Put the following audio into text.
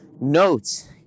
notes